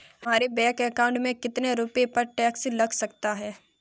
हमारे bank account में कितने रुपये पर टैक्स लग सकता है?